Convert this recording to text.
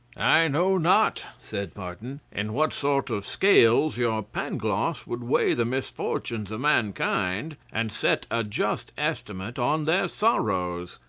i know not, said martin, in what sort of scales your pangloss would weigh the misfortunes of mankind and set a just estimate on their sorrows.